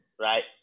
right